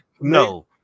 No